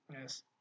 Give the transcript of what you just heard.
Yes